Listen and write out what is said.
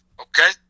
Okay